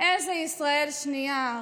איזו ישראל שנייה.